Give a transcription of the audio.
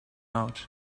out